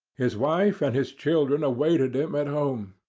his wife and his children awaited him at home,